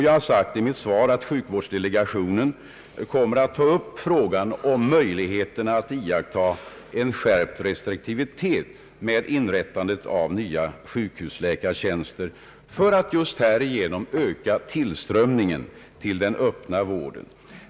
Jag har sagt i mitt svar, att sjukvårdsdelegationen kommer att ta upp frågan om möjligheterna att iaktta en skärpt restriktivitet vid inrättandet av nya sjukhusläkartjänster för att just härigenom öka tillströmningen till den öppna vården.